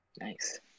Nice